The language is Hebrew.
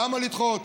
למה לדחות?